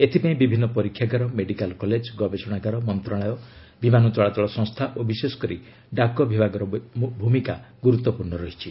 ଏଥିପାଇଁ ବିଭିନ୍ନ ପରୀକ୍ଷାଗାର ମେଡିକାଲ କଲେଜ ଗବେଷଣାଗାର ମନ୍ତ୍ରଣାଳୟ ବିମାନ ଚଳାଚଳ ସଂସ୍ଥା ଓ ବିଶେଷ କରି ଡାକବିଭାଗର ଭୂମିକା ଗୁରୁତ୍ୱପୂର୍ଣ୍ଣ ରହିଛି